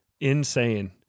insane